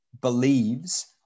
believes